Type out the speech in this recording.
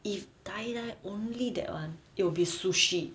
if die die only that one it will be sushi